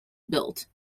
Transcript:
built